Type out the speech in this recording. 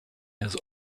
has